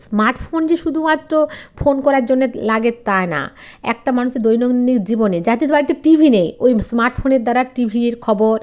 smart phone যে শুধুমাত্র phone করার জন্যে লাগে তা না একটা মানুষের দৈনন্দিন জীবনে যাদের বাড়িতে টিভি নেই ওই স্মার্ট ফোনের দ্বারা টিভির খবর